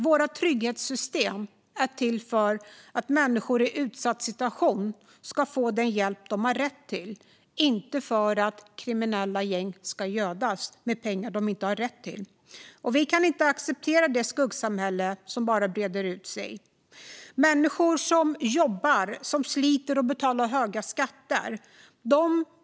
Våra trygghetssystem är till för att människor i utsatt situation ska få den hjälp de har rätt till, inte för att kriminella gäng ska gödas med pengar de inte har rätt till. Vi kan inte acceptera det skuggsamhälle som bara breder ut sig. Människor jobbar, sliter och betalar höga skatter.